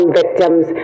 victims